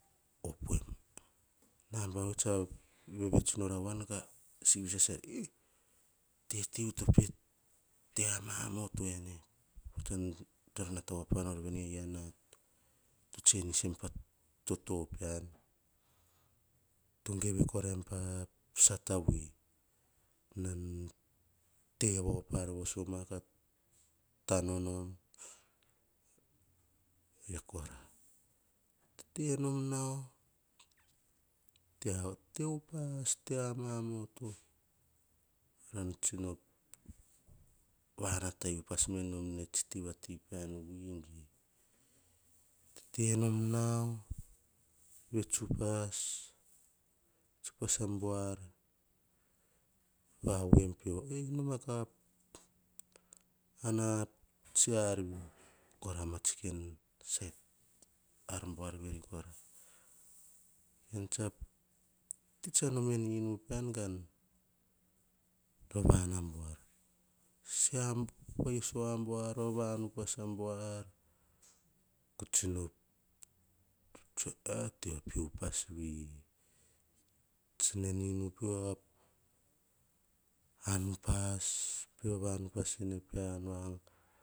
O poem nabana vori tsa vets nora voan. Ka sivi sasarai tetivui to pe te amamato ene. Nata voa pa nor vene nan senis patoto pean. To geve koraim pasata tavui. Nan te vaopar vosoma ka tano nom, katano nom, tete nom nao te upas. Te amamoto varan tsino vanat upas menom nao e tsi tivati vui. Tetenom nao vets upas vets upa abuar, vavui em peo. Noma ka an atsi arvi, kora, ama tsi sait ar buar veri. An tsa, ti tsa noma en inu pean, vava an a buar se a buar, vava an a buar, ko tsino tsoe. Tiva pe upas vei tse nao en inu pio, an upas. Pe vava upas sene pean.